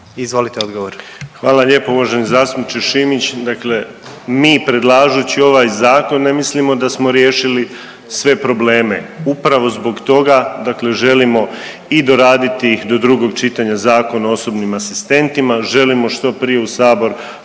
Marin (HDZ)** Hvala lijepo. Uvaženi zastupniče Šimić, dakle mi predlažući ovaj zakon ne mislimo da smo riješili sve probleme, upravo zbog toga dakle želimo i doraditi do drugog čitanja Zakon o osobnim asistentima, želimo što prije u sabor